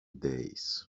days